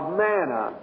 manna